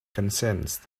consents